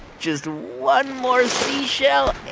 just one more seashell and